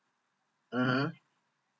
mmhmm